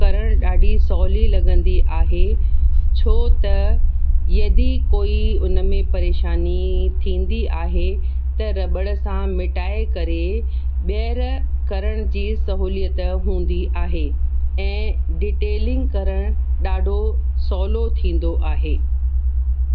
करणु ॾाढी सहूली लॻंदी आहे छो त यदि कोई उन में परेशानी थींदी आहे त रबड़ सां मिटाए करे ॿीहर करण जी सहूलियत हूंदी आहे ऐं डिटेलिंग करणु ॾाढो सहूलो थींदो आहे